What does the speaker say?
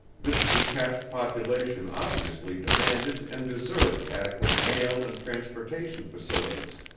this detached population obviously demanded and deserved adequate mail and transportation facilities.